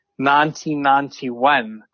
1991